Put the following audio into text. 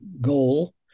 goal